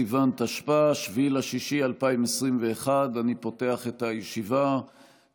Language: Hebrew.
בסיוון התשפ"א / 7 9 ביוני 2021 / 10 חוברת י' ישיבה כ"ה